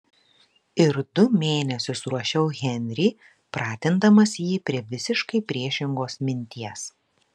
ir du mėnesius ruošiau henrį pratindamas jį prie visiškai priešingos minties